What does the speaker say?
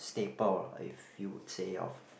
staple lah if you would say of